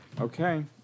okay